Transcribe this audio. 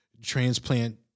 transplant